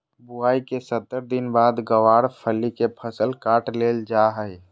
बुआई के सत्तर दिन बाद गँवार फली के फसल काट लेल जा हय